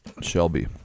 Shelby